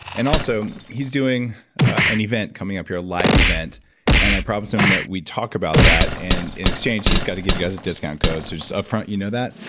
and also, he's doing an event coming up here, a live event and i promised him that we would talk about that, and in exchange, he's got to give you guys a discount code, so just up front you know that,